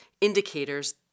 indicators